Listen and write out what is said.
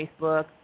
Facebook